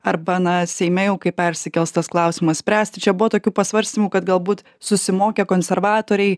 arba na seime jau kai persikels tas klausimą spręsti čia buvo tokių pasvarstymų kad galbūt susimokę konservatoriai